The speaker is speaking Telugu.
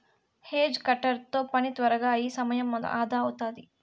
హేజ్ కటర్ తో పని త్వరగా అయి సమయం అదా అవుతాది